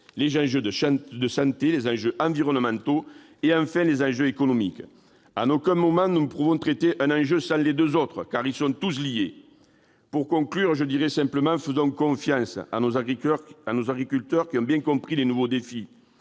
les enjeux de santé, les enjeux environnementaux et, enfin, les enjeux économiques. À aucun moment nous ne pouvons traiter un enjeu sans les deux autres, car tous sont liés. Pour conclure, je dirai simplement que nous devons faire confiance à nos agriculteurs, qui ont bien compris les nouveaux défis.